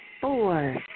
four